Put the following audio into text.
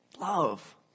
love